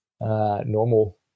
Normal